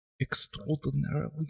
extraordinarily